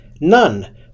none